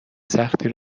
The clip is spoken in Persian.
سختی